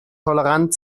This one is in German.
tolerant